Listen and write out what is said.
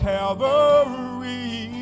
Calvary